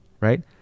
right